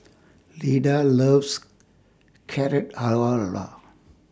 Leda loves Carrot